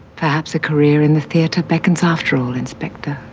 perhaps a career in the theater beckons after all, inspector